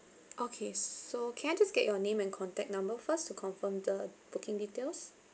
okay so can I just get your name and contact number first to confirm the booking details